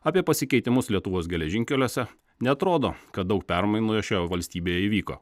apie pasikeitimus lietuvos geležinkeliuose neatrodo kad daug permainų šioje valstybėje įvyko